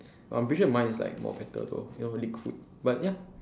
I'm pretty sure mine is like more better though you know lick food but ya